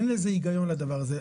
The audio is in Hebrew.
אין לדבר הזה היגיון.